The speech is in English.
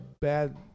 bad